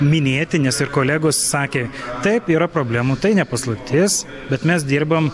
minėti nes ir kolegos sakė taip yra problemų tai ne paslaptis bet mes dirbam